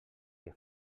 que